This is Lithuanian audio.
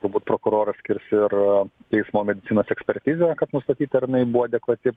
turbūt prokuroras skirs ir teismo medicinos ekspertizę kad nustatyt ar jinai buvo adekvati